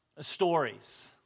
stories